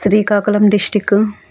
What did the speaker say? Srikakulam district